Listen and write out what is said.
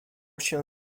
się